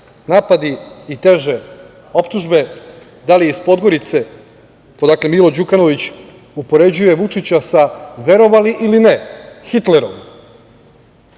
napadi i teže optužbe, da li iz Podgorice, odakle Milo Đukanović upoređuje Vučića sa, verovali ili ne, Hitlerom,